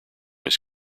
his